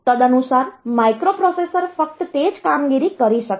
તદનુસાર માઇક્રોપ્રોસેસર ફક્ત તે જ કામગીરી કરી શકશે